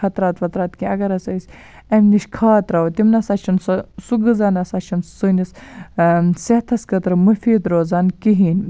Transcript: خطرات وطرات کیٚنٛہہ اگر ہَسا أسۍ امہِ نِش کھاد تراوو تِم نَسا چھُنہٕ سُہ سُہ غذا نَسا چھُنہٕ سٲنِس صحتَس خٲطرٕمُفیٖد روزان کِہیٖنۍ